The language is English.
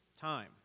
time